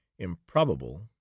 improbable